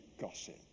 gossip